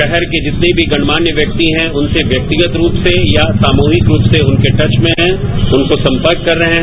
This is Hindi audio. शहर के जितने भी गणमान्य व्यक्ति हैं उनसे व्यक्तिगत रूप से या सामूहिक रूप से उनके टच में हैं उनको संपर्क कर रहे हैं